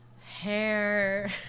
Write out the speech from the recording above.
hair